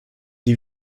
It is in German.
die